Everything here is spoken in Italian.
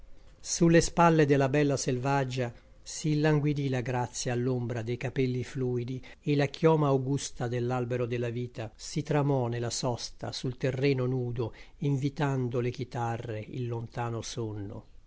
sulle spalle della bella selvaggia si illanguidì la grazia all'ombra dei capelli fluidi e la chioma augusta dell'albero della vita si tramò nella sosta sul terreno nudo invitando le chitarre il lontano sonno